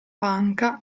panca